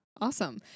Awesome